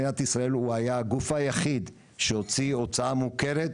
מדינת ישראל הייתה הגוף היחיד שהוציא הוצאה מוכרת,